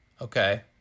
okay